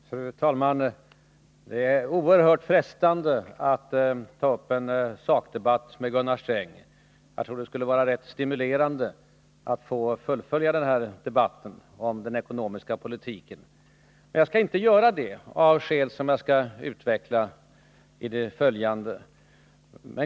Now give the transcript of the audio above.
Fru talman! Det är oerhört frestande att ta upp en sakdebatt med Gunnar Sträng. Jag tror det skulle vara rätt stimulerande att fullfölja den här debatten om den ekonomiska politiken. Men jag skall inte göra det, av skäl som jag skall utveckla i det följande.